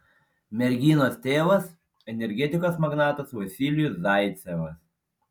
merginos tėvas energetikos magnatas vasilijus zaicevas